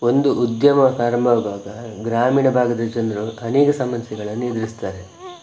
ಒಂದು ಉದ್ಯಮ ಪ್ರಾರಂಭವಾಗುವಾಗ ಗ್ರಾಮೀಣ ಭಾಗದ ಜನರು ಅನೇಕ ಸಮಸ್ಯೆಗಳನ್ನುಎದುರಿಸ್ತಾರೆ